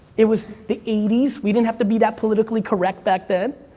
it was the eighty s. we didn't have to be that politically correct back then,